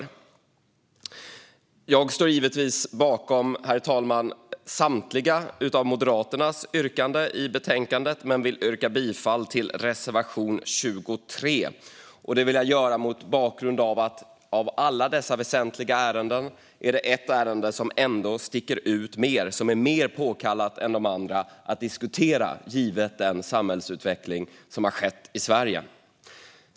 Herr talman! Jag står givetvis bakom samtliga av Moderaternas yrkanden i betänkandet men yrkar bifall till reservation 23. Detta gör jag mot bakgrund av att det bland alla dessa väsentliga ärenden är ett ärende som sticker ut mer och som är mer påkallat än de andra att diskutera givet Sveriges samhällsutveckling.